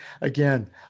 Again